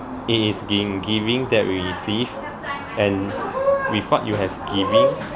it is in giving that we receive and with what you have giving